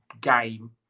game